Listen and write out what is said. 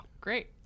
Great